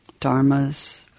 dharmas